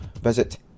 visit